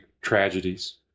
tragedies